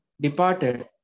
departed